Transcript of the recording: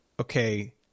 okay